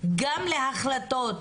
גם להחלטות